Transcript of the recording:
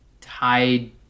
tied